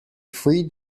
free